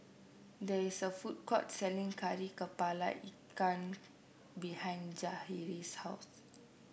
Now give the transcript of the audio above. there is a food court selling Kari kepala Ikan behind Jahir's house